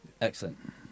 Excellent